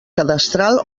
cadastral